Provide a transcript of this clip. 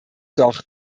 doch